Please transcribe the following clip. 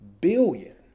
billion